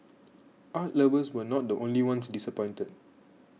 art lovers were not the only ones disappointed